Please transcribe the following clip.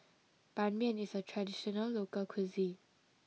Ban Mian is a traditional local cuisine